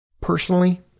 Personally